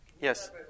Yes